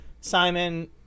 simon